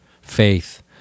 faith